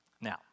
Now